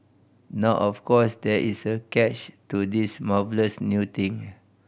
now of course there is a catch to this marvellous new thing